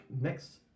next